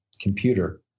Computer